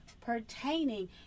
pertaining